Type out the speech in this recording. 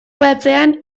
batzean